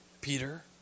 Peter